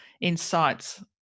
insights